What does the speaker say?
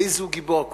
איזהו גיבור?